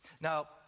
now